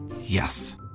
Yes